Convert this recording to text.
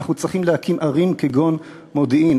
אנחנו צריכים להקים ערים כגון מודיעין,